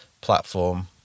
platform